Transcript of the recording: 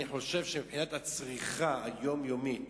אני חושב שמבחינת הצריכה היומיומית